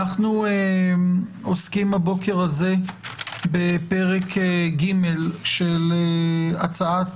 אנחנו עוסקים הבוקר הזה בפרק ג' של הצעת